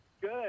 Good